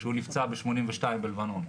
הוא נפצע ב-1982 בלבנון.